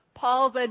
Paul's